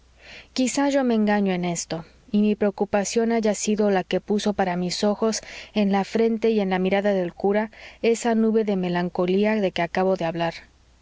quizás yo me engaño en esto y mi preocupación haya sido la que puso para mis ojos en la frente y en la mirada del cura esa nube de melancolía de que acabo de hablar